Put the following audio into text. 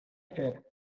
fer